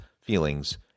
feelings